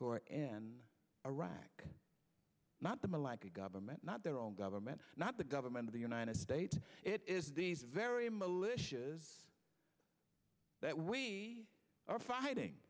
who are an iraq not the malacca government not their own government not the government of the united states it is these very militias that we are fighting